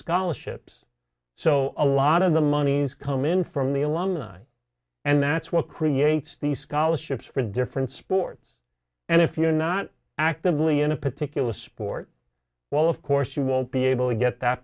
scholarships so a lot of the monies come in from the alumni and that's what creates the scholarships for different sports and if you're not actively in a particular sport well of course you won't be able to get that